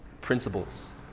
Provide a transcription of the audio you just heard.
principles